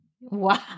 wow